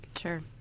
Sure